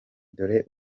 dore